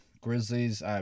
Grizzlies